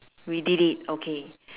we did it okay